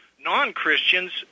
non-Christians